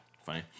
funny